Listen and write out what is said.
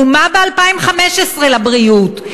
ומה ב-2015 לבריאות?